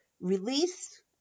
release